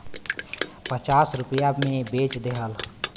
पचास रुपइया मे बेच देहलन